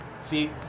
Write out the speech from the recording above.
see